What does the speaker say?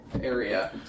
area